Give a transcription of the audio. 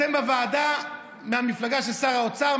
אתם בוועדה מהמפלגה של שר האוצר,